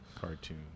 cartoon